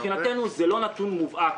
מבחינתנו זה לא נתון מובהק.